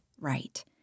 right